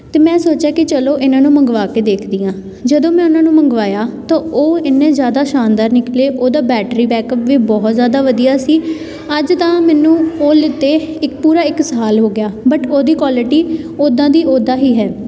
ਤਾਂ ਮੈਂ ਸੋਚਿਆ ਕਿ ਚਲੋ ਇਹਨਾਂ ਨੂੰ ਮੰਗਵਾ ਕੇ ਦੇਖਦੀ ਹਾਂ ਜਦੋਂ ਮੈਂ ਉਹਨਾਂ ਨੂੰ ਮੰਗਵਾਇਆ ਤਾਂ ਉਹ ਇੰਨੇ ਜ਼ਿਆਦਾ ਸ਼ਾਨਦਾਰ ਨਿਕਲੇ ਉਹਦਾ ਬੈਟਰੀ ਬੈਕਅਪ ਵੀ ਬਹੁਤ ਜ਼ਿਆਦਾ ਵਧੀਆ ਸੀ ਅੱਜ ਤਾਂ ਮੈਨੂੰ ਉਹ ਲਿਤੇ ਇੱਕ ਪੂਰਾ ਇੱਕ ਸਾਲ ਹੋ ਗਿਆ ਬਟ ਉਹਦੀ ਕੁਆਲਿਟੀ ਉੱਦਾਂ ਦੀ ਉੱਦਾਂ ਹੀ ਹੈ